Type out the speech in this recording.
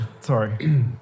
Sorry